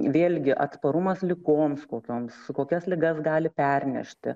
vėlgi atsparumas ligoms kokioms kokias ligas gali pernešti